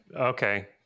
Okay